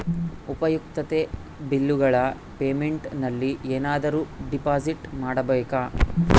ಉಪಯುಕ್ತತೆ ಬಿಲ್ಲುಗಳ ಪೇಮೆಂಟ್ ನಲ್ಲಿ ಏನಾದರೂ ಡಿಪಾಸಿಟ್ ಮಾಡಬೇಕಾ?